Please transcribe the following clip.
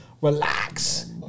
relax